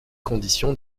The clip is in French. conditions